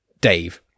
Dave